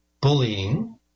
bullying